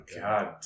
God